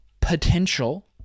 potential